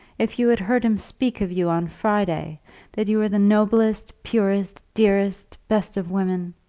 if you had heard him speak of you on friday that you were the noblest, purest, dearest, best of women